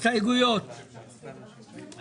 זה בעצם בפרק ד', סימן א',